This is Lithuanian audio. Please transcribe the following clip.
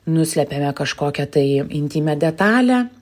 nuslepiame kažkokią tai intymią detalę